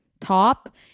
top